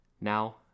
now